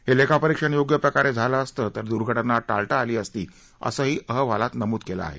हे लेखापरीक्षण योग्य प्रकारे झालं असतं तर दुर्घटना टाळता आली असती असंही अहवालात नमूद केलं आहे